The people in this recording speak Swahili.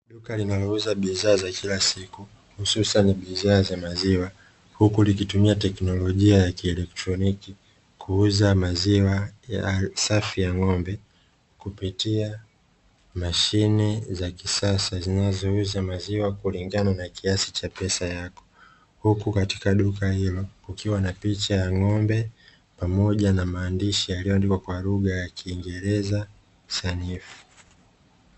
Duka linalouza biashara za kila siku hususan maziwa huku likitumia teknolojia ya kielektroniki, kuuza maziwa ya safi ya ng'ombe kupitia mashine za kisasa zinazouza maziwa kulingana na kiasi cha pesa, yako huku katika duka hilo ukiwa na picha ya ng'ombe pamoja na maandishi yaliyoandikwa kwa lugha ya kiingereza sanifu.